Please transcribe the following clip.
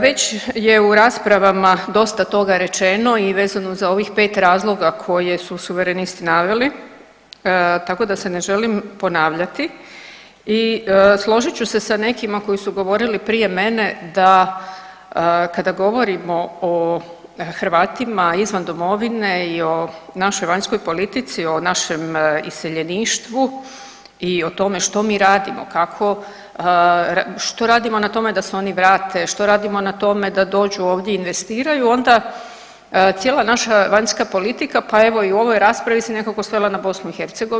Već je u raspravama dosta toga rečeno i vezano za ovih 5 razloga koje su suverenisti naveli tako da se ne želim ponavljati i složit ću se sa nekima koji su govorili prije mene da kada govorimo o Hrvatima izvan domovine i o našoj vanjskoj politici, o našem iseljeništvu i o tome što mi radimo, kako, što radimo na tome da se oni vrate, što radimo na tome da dođu ovdje investiraju onda cijela naša vanjska politika pa evo i u ovoj raspravi se nekako svela na BiH.